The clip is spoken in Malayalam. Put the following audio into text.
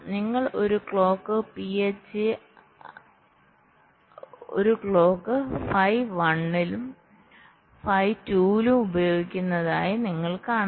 നിങ്ങൾ ഒരു ക്ലോക്ക് phi 1 ഉം phi 2 ഉം ഉപയോഗിക്കുന്നതായി നിങ്ങൾ കാണുന്നു